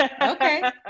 Okay